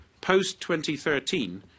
post-2013